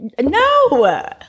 No